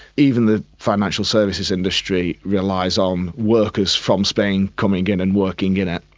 even the financial services industry relies on workers from spain coming in and working in it.